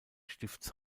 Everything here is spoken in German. stifts